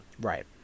Right